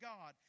God